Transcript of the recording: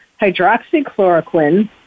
hydroxychloroquine